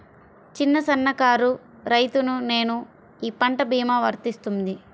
చిన్న సన్న కారు రైతును నేను ఈ పంట భీమా వర్తిస్తుంది?